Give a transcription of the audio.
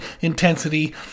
intensity